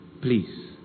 please